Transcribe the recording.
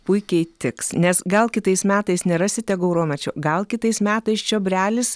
puikiai tiks nes gal kitais metais nerasite gauromečio gal kitais metais čiobrelis